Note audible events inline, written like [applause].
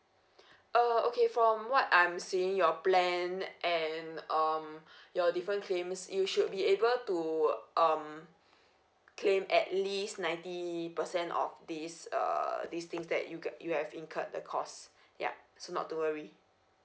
uh okay from what I'm seeing your plan and um your different claims you should be able to um [breath] claim at least ninety percent of this err this things that you get you have incurred the cost yup so not to worry